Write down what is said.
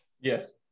yes